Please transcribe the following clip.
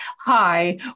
hi